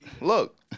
look